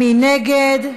מי נגד?